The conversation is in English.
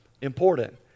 important